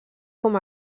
com